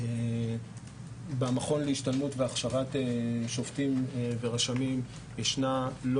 במכון להשתלמות והכשרת שופטים ורשמים ישנה לא